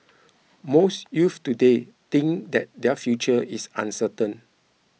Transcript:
most youths today think that their future is uncertain